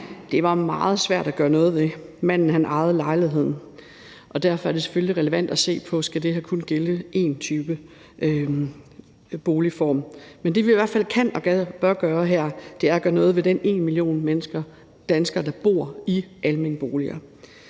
Det var meget svært at gøre noget ved, for manden ejede lejligheden. Derfor er det selvfølgelig relevant at se på, om det her kun skal gælde for én boligform. Men det, vi i hvert fald kan og bør gøre her, er at gøre noget for den million mennesker, danskere, der bor i almene boliger.